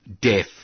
death